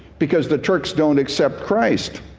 because the turks don't accept christ.